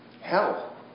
hell